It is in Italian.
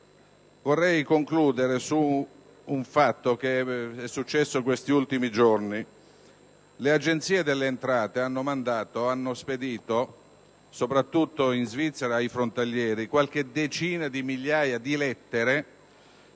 Vorrei concludere su un fatto di questi ultimi giorni. L'Agenzia delle entrate ha spedito, soprattutto in Svizzera, ai frontalieri, decine di migliaia di lettere